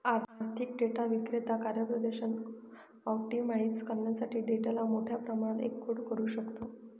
आर्थिक डेटा विक्रेता कार्यप्रदर्शन ऑप्टिमाइझ करण्यासाठी डेटाला मोठ्या प्रमाणात एन्कोड करू शकतो